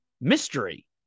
mystery